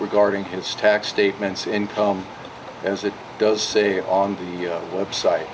guarding his tax statements income as it does say on the website